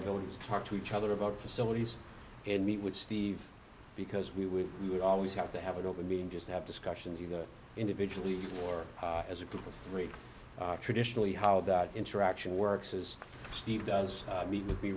ability to talk to each other about facilities and meet with steve because we would you always have to have an open meeting just to have discussions you know individually or as a group of three traditionally how that interaction works is steve does meet with me